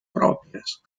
pròpies